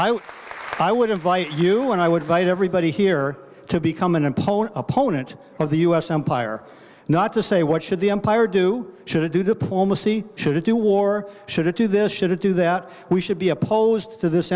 is i would invite you and i would bite everybody here to become an opponent opponent of the u s empire not to say what should the empire do should it do diplomacy should it do war should it do this should it do that we should be opposed to this